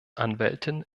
anwältin